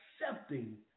accepting